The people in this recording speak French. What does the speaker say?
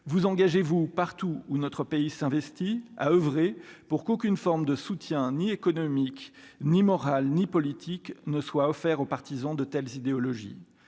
vous engagez-vous partout où notre pays s'investit à oeuvrer pour qu'aucune forme de soutien, ni économique, ni morale, ni politique ne soit offert aux partisans de telles idéologies